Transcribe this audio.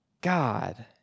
God